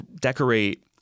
decorate